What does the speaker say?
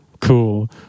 Cool